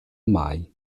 mai